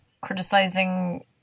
criticizing